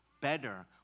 better